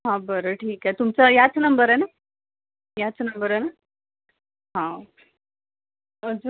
हा बरं ठीक आहे तुमचां याच नंबर आहे ना याच नंबर आहे ना हा अजून